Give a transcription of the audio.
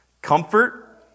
Comfort